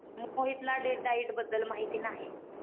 मोहितला date diet बद्दल माहिती नाही